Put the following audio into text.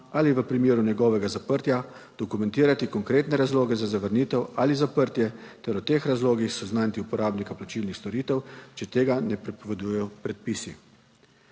ali v primeru njegovega zaprtja dokumentirati konkretne razloge za zavrnitev ali zaprtje ter o teh razlogih seznaniti uporabnika plačilnih storitev, če tega ne prepovedujejo predpisi.